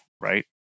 right